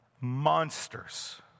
Monsters